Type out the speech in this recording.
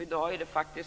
I dag finns